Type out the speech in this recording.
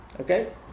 Okay